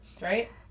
Right